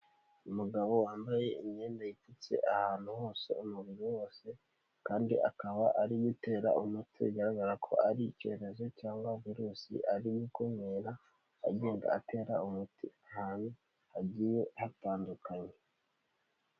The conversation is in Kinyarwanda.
Umugabo wambaye imyenda ipfutse ahantu hose, umubiri wose kandi akaba ari gutera umuti bigaragara ko ari icyorezo cyangwa virusi ari gukumira, agenda atera umuti ahantu hagiye hatandukanye.